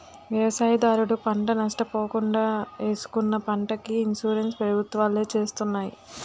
వ్యవసాయదారుడు పంట నష్ట పోకుండా ఏసుకున్న పంటకి ఇన్సూరెన్స్ ప్రభుత్వాలే చేస్తున్నాయి